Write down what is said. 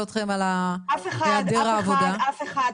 אף אחד, אף אחד, אף אחד.